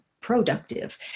productive